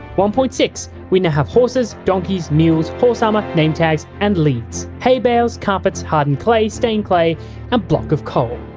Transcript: one point six. we now have horses, donkeys, mules, horse armour, name tags and leads. hay bales, carpets, hardened clay, stained clay and block of coal.